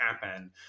happen